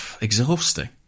exhausting